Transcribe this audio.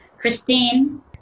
Christine